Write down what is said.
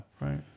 right